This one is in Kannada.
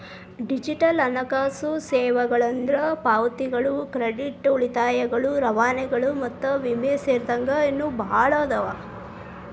ಡಿಜಿಟಲ್ ಹಣಕಾಸು ಸೇವೆಗಳಂದ್ರ ಪಾವತಿಗಳು ಕ್ರೆಡಿಟ್ ಉಳಿತಾಯಗಳು ರವಾನೆಗಳು ಮತ್ತ ವಿಮೆ ಸೇರಿದಂಗ ಇನ್ನೂ ಭಾಳ್ ಅದಾವ